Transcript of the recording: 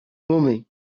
blooming